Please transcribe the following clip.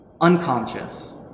unconscious